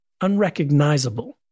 unrecognizable